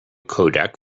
codec